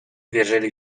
wierzyli